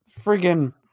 friggin